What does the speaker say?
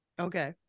Okay